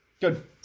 Good